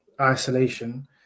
isolation